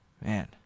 Man